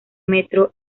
metro